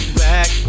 back